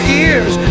ears